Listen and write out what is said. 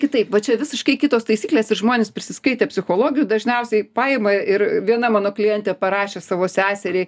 kitaip va čia visiškai kitos taisyklės ir žmonės prisiskaitę psichologijų dažniausiai paima ir viena mano klientė parašė savo seseriai